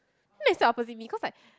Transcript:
then he sat opposite me cause like